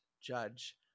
judge